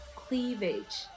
cleavage，